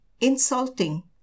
insulting